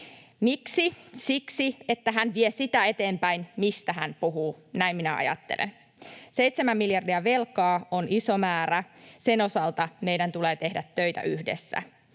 Miksi? Siksi, että hän vie eteenpäin sitä, mistä hän puhuu. Näin minä ajattelen. 7 miljardia velkaa on iso määrä. Sen osalta meidän tulee tehdä töitä yhdessä.